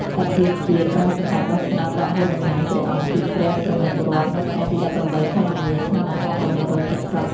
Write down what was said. សភាជាតិបានសម្រេចបោះឆ្នោតដកហូតតំណែងព្រះអង្គពីព្រះប្រមុខរដ្ឋនៅថ្ងៃទី ១៨ ខែមីនា ឆ្នាំ ១៩៧០។